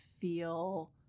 feel